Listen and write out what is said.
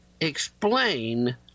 explain